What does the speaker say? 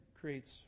creates